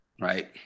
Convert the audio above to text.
Right